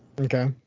Okay